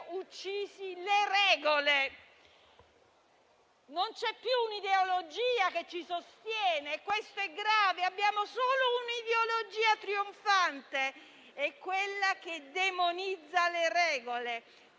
uccise le regole. Non c'è più un'ideologia che ci sostiene e questo è grave. Abbiamo solo un'ideologia trionfante, quella che demonizza le regole.